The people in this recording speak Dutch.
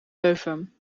leuven